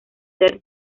ser